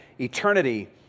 eternity